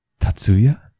Tatsuya